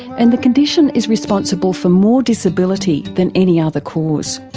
and the condition is responsible for more disability than any other cause.